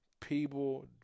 people